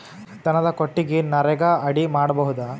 ದನದ ಕೊಟ್ಟಿಗಿ ನರೆಗಾ ಅಡಿ ಮಾಡಬಹುದಾ?